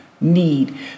need